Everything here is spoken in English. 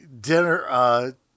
dinner